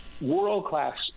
world-class